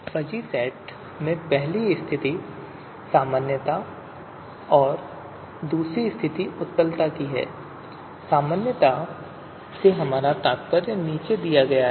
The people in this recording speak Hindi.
फ़ज़ी सेट में पहली स्थिति सामान्यता की और दूसरी स्थिति उत्तलता की हैI सामान्यता से हमारा तात्पर्य नीचे दिया गया है